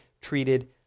treated